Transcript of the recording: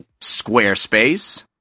Squarespace